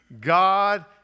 God